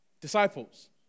Disciples